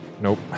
Nope